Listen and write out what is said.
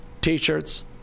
t-shirts